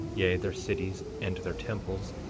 yea, their cities, and their temples,